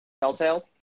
Telltale